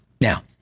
Now